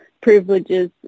privileges